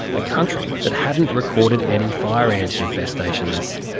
a country that hadn't recorded any fire ant infestations.